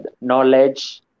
knowledge